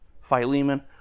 Philemon